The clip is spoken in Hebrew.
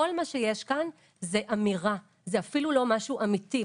כל מה שיש כאן זו אמירה, זה אפילו לא משהו אמיתי.